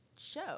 Show